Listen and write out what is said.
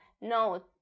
no